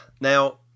Now